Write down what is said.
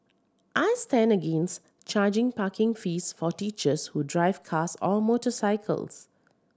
I stand against charging parking fees for teachers who drive cars or motorcycles